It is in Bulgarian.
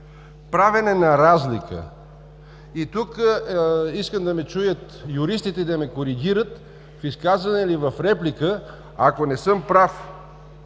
„правене на разлика“. И тук искам да ме чуят юристите, да ме коригират в изказване или в реплика, ако не съм прав